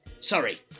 Sorry